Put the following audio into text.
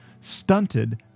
stunted